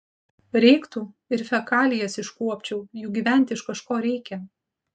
reiktų ir fekalijas iškuopčiau juk gyventi iš kažko reikia